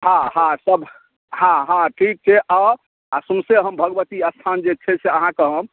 हँ हँ सभ हँ हँ ठीक छै आउ आ सौसे हम भगवती स्थान जे छै से अहाँक हम